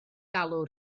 galw